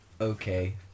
Okay